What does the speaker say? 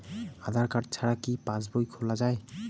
আধার card ছাড়া কি পাসবই খোলা যায়?